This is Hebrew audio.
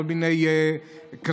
כל מיני קרנות,